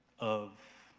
of,